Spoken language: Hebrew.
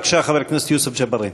בבקשה, חבר הכנסת יוסף ג'בארין.